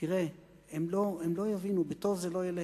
תראה, הם לא יבינו, בטוב זה לא ילך.